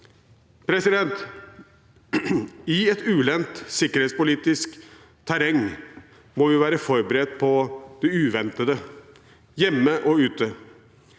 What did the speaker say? I et ulendt sikkerhetspolitisk terreng må vi være forberedt på det uventede – hjemme og ute